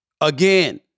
Again